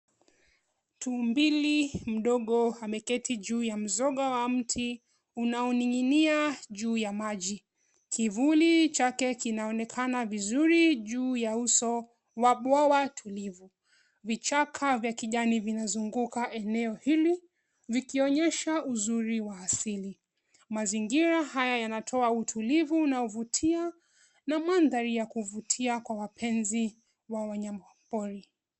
Tumbili mdogo ameketi juu ya mzoga wa mti unaoning'inia juu ya maji. Kivuli chake kinaonekana vizuri juu ya uso wa bwawa tulivu. Vichaka vya kijani vinazunguka eneo hili vikionyesha uzuri wa asili. Mazingira haya yanatoa utulivu na uvutia na mandhari yakuvutia kwa wapenzi wa wanyama pori.